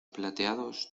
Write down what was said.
plateados